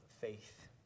faith